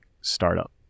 startup